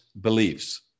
beliefs